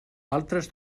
altres